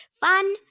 Fun